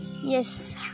Yes